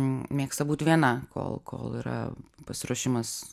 mėgsta būt viena kol kol yra pasiruošimas